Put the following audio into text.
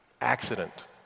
accident